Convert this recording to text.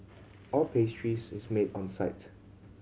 all pastries is made on site